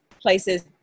Places